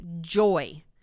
Joy